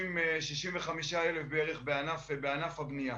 ל-65,000-60,000 בענף הבנייה.